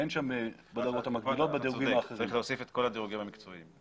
אין שם בדרגות המקבילות בדירוגים האחרים.